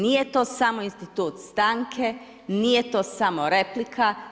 Nije to samo institut stanke, nije to samo replika.